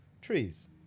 trees